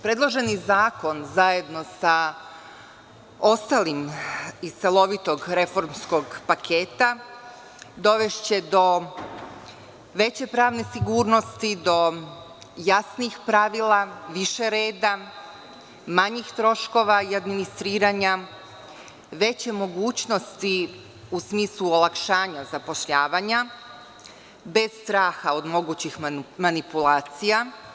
Predloženi zakon zajedno sa ostalim iz celovitog reformskog paketa dovešće do veće pravne sigurnosti, do jasnih pravila, više reda, manjih troškova i administriranja, veće mogućnosti u smislu olakšanja zapošljavanja bez straha od mogućih manipulacija.